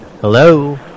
Hello